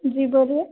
جی بولیے